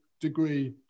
degree